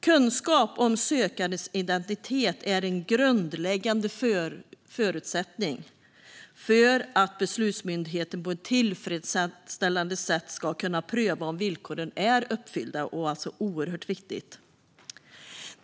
Kunskap om sökandens identitet är en grundläggande förutsättning för att beslutsmyndigheten på ett tillfredsställande sätt ska kunna pröva om villkoren är uppfyllda. Detta är oerhört viktigt.